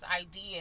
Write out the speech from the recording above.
idea